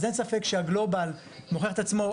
אז אין ספק שהגלובאל מוכיח את עצמו,